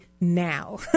now